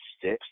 six